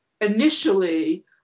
initially